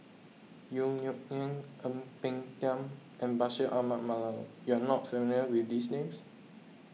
Yong Nyuk Lin Ang Peng Tiam and Bashir Ahmad Mallal you are not familiar with these names